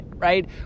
right